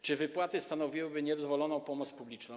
Czy wypłaty stanowiłyby niedozwoloną pomoc publiczną?